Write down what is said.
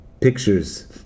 pictures